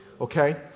okay